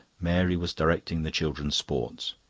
mary was directing the children's sports.